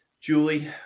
Julie